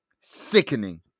Sickening